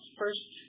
first